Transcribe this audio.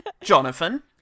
Jonathan